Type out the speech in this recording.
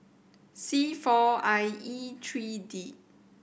C four I E three D